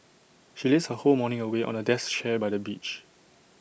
she lazed her whole morning away on A deck chair by the beach